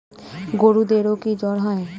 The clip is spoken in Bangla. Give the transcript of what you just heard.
গরুদেরও কি জ্বর হয়?